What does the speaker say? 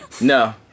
No